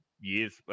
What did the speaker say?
years